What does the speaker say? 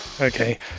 Okay